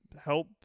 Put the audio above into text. help